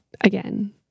again